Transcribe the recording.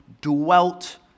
dwelt